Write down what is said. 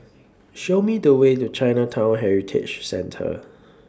Show Me The Way to Chinatown Heritage Centre